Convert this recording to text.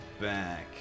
back